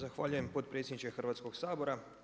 Zahvaljujem potpredsjedniče Hrvatskog sabora.